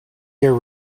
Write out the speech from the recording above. year